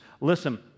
Listen